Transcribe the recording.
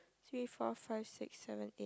three four five six seven eight